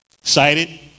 excited